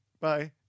bye